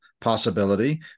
possibility